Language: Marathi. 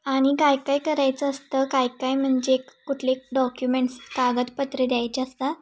आणि काय काय करायचं असतं काय काय म्हणजे कुठले डॉक्युमेंट्स कागदपत्रे द्यायचे असतात